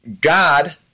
God